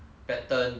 thing